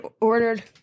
ordered